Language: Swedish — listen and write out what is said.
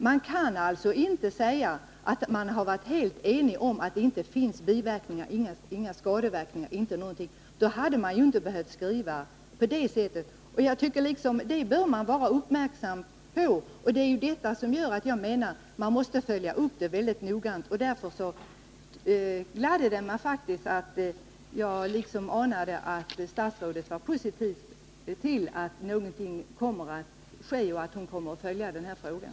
Det går alltså inte att hävda att det rått full enighet om att det inte uppstår några biverkningar eller skadeverkningar, för då hade man ju inte behövt skriva som man gjorde. Det är detta man bör vara uppmärksam på och som enligt min mening gör att man måste följa upp användandet av Depo-Provera väldigt noga. Därför gladde det mig faktiskt när jag tyckte mig kunna förstå att statsrådet var positiv till att någonting görs och att hon kommer att följa den här frågan.